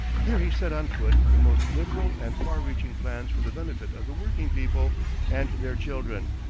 here he set on foot the most liberal and far-reaching plans for the benefit of the working people and their children.